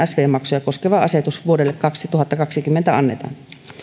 sv maksuja koskeva asetus vuodelle kaksituhattakaksikymmentä annetaan